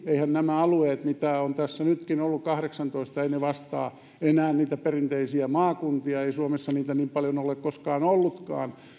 nämä alueet mitä on nytkin ollut kahdeksantoista vastaa enää niitä perinteisiä maakuntia ei suomessa niitä niin paljon ole koskaan ollutkaan